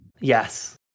Yes